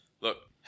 look